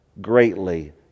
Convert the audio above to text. greatly